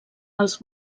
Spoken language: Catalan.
els